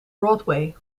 broadway